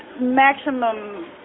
maximum